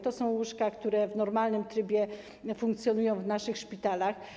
To są łóżka, które w normalnym trybie funkcjonują w naszych szpitalach.